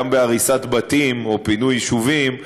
גם בהריסת בתים או פינוי יישובים,